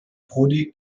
prodi